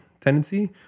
tendency